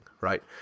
right